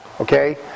okay